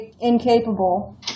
incapable